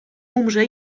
umrze